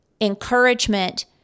encouragement